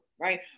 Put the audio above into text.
Right